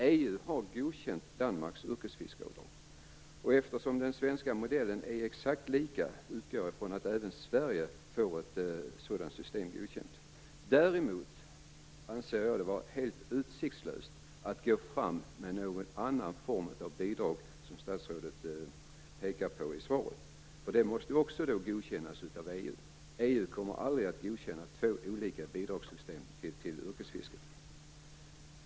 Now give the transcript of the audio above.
EU har godkänt Danmarks yrkesfiskeavdrag, och eftersom den svenska modellen är exakt lik den danska utgår jag från att även Sverige får ett sådant system godkänt. Däremot anser jag det vara helt utsiktslöst att gå fram med någon annan form av bidrag, som statsrådet pekar på i svaret. Det måste då också godkännas av EU, och EU kommer aldrig att godkänna två olika bidragssystem till yrkesfisket.